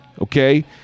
okay